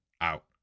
out